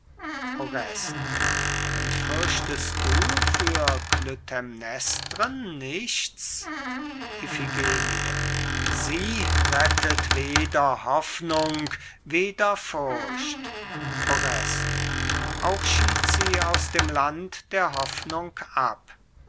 und fürchtest du für klytämnestren nichts iphigenie sie rettet weder hoffnung weder furcht orest auch schied sie aus dem land der hoffnung ab